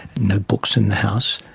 no books in the house,